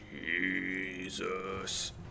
Jesus